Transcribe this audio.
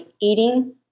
eating